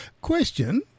question